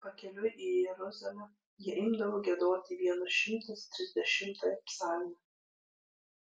pakeliui į jeruzalę jie imdavo giedoti vienas šimtas trisdešimtąją psalmę